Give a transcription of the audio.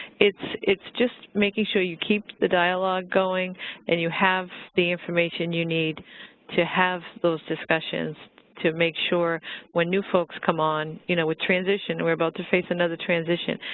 it's it's just making sure you keep the dialog going and you have the information you need to have those discussions to make sure when new folks come on, you know with transition we're about to face another transition,